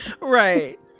Right